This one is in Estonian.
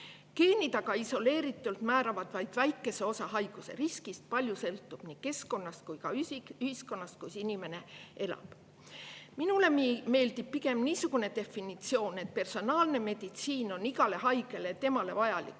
Geenid isoleeritult määravad aga vaid väikese osa haiguste riskist. Palju sõltub nii keskkonnast kui ka ühiskonnast, kus inimene elab. Minule meeldib pigem niisugune definitsioon, et personaalne meditsiin on igale haigele temale vajalik